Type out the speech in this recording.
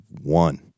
one